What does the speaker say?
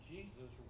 Jesus